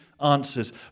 answers